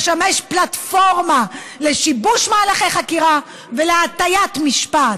לשמש פלטפורמה לשיבוש מהלכי החקירה ולהטיית משפט.